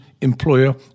employer